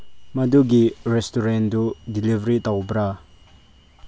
ꯃꯗꯨꯒꯤ ꯔꯦꯁꯇꯨꯔꯦꯟꯗꯨ ꯗꯤꯂꯤꯚꯔꯤ ꯇꯧꯕ꯭ꯔꯥ